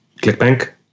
ClickBank